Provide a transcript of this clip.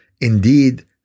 indeed